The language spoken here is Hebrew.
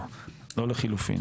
עוד לא נהיה אנחנו, שנעיר.